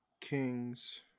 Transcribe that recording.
Kings